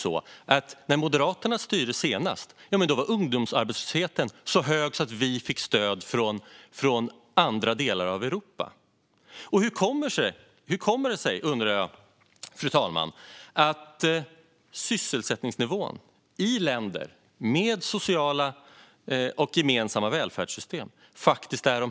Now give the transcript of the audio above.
När Moderaterna styrde senast var ungdomsarbetslösheten så hög så att vi fick stöd från andra delar av Europa. Hur kommer det sig, undrar jag, att sysselsättningsnivån är högst i länder med gemensamma sociala välfärdssystem?